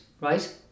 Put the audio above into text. right